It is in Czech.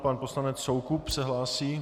Pan poslanec Soukup se hlásí.